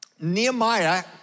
Nehemiah